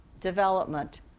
development